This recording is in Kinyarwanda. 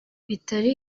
bitari